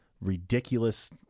ridiculous